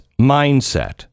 mindset